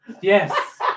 Yes